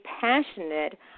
passionate